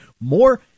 more